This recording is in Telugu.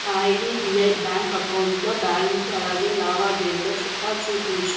నా ఐడిబిఐ బ్యాంక్ అకౌంట్లో బ్యాలన్సు అలాగే లావాదేవీల చిట్టా చూపించు